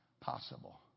possible